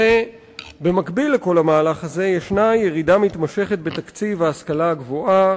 במקביל לכל המהלך הזה יש ירידה מתמשכת בתקציב ההשכלה הגבוהה.